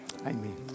Amen